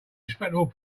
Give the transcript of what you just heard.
respectable